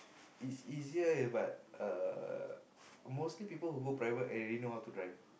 it's easier but uh mostly people who go private already know how to drive